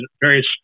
various